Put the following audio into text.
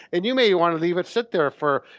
and you may want to leave it sit there for,